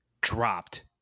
dropped